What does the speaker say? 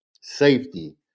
safety